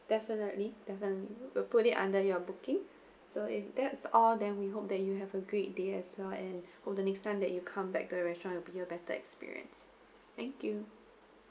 definitely definitely we'll put it under your booking so if that's all then we hope that you have a great day as well and for the next time that you come back the restaurant will be a better experience thank you